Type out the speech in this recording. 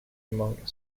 among